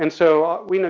and so, we,